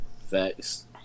Thanks